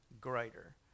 greater